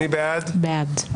הצבעה בעד,